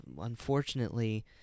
unfortunately